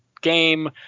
game